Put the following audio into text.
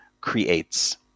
creates